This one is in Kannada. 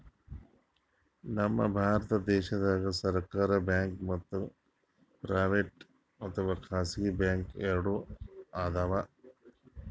ನಮ್ ಭಾರತ ದೇಶದಾಗ್ ಸರ್ಕಾರ್ ಬ್ಯಾಂಕ್ ಮತ್ತ್ ಪ್ರೈವೇಟ್ ಅಥವಾ ಖಾಸಗಿ ಬ್ಯಾಂಕ್ ಎರಡು ಅದಾವ್